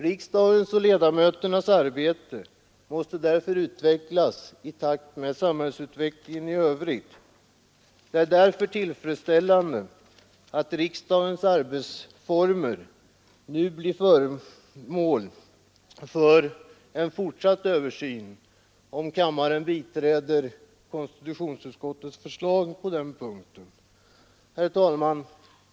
Riksdagens och ledamöternas arbete måste utvecklas i takt med samhället i övrigt. Det är därför tillfredsställande att riksdagens arbetsformer nu blir föremål för en fortsatt översyn om kammaren biträder konstitutionsutskottets förslag på den punkten. Herr talman!